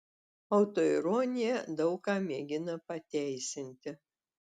autoironija daug ką mėgina pateisinti